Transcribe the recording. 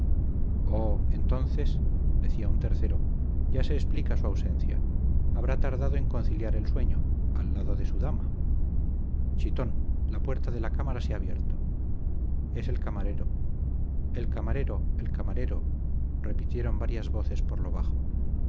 entonces decía un tercero ya se explica su ausencia habrá tardado en conciliar el sueño al lado de su dama chitón la puerta de la cámara se ha abierto es el camarero el camarero el camarero repitieron varias voces por lo bajo